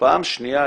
פעם שנייה,